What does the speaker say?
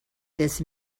this